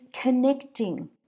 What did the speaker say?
connecting